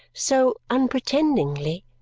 so unpretendingly!